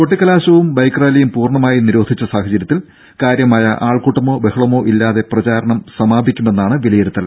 കൊട്ടിക്കലാശവും ക്കൈക്ക് റാലിയും പൂർണമായി നിരോധിച്ച സാഹചര്യത്തിൽ കാര്യമായ ആൾക്കൂട്ടമോ ബഹളമോ ഇല്ലാതെ പ്രചാരണം സമാപിക്കുമെന്നാണ് വിലയിരുത്തൽ